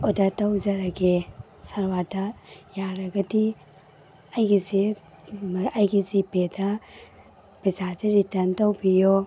order ꯇꯧꯖꯔꯒꯦ ꯁꯜꯋꯥꯔꯗ ꯌꯥꯔꯒꯗꯤ ꯑꯩꯒꯤꯁꯦ ꯑꯩꯒꯤ ꯖꯤꯄꯦꯗ ꯄꯩꯁꯥꯁꯦ ꯔꯤꯇꯔꯟ ꯇꯧꯕꯤꯌꯣ